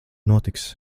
notiks